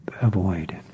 avoid